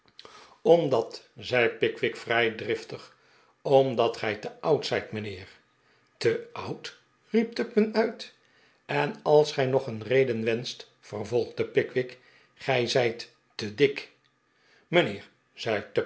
omdat zei pickwick vrij driftig omdat gij te oud zijt mijnheer te oud riep tupman uit en als gij nog een reden wenscht vervolgde pickwick gij zijt te dik